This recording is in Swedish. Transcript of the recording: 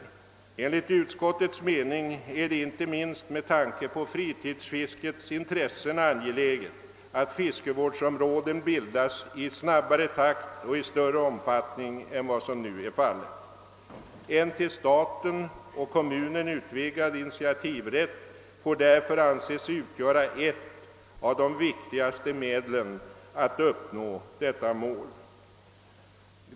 Enligt utskottets mening är det inte minst med tanke på fritidsfisket angeläget att fiskevårdsområden bildas i snabbare takt och i större omfattning än som hittills varit fallet. En till staten och kommunen utvidgad initiativrätt får anses utgöra ett av de viktigaste medlen för att uppnå detta mål.